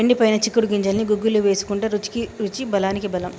ఎండిపోయిన చిక్కుడు గింజల్ని గుగ్గిళ్లు వేసుకుంటే రుచికి రుచి బలానికి బలం